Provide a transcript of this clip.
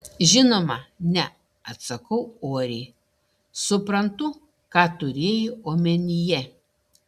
žinoma ne atsakau oriai suprantu ką turėjai omenyje